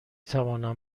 توانم